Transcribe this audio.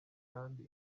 kandi